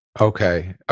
Okay